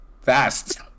Fast